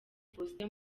faustin